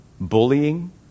Bullying